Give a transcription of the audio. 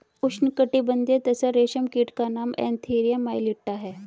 उष्णकटिबंधीय तसर रेशम कीट का नाम एन्थीरिया माइलिट्टा है